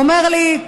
הוא אומר לי: